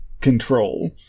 control